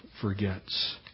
forgets